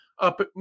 up